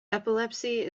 epilepsy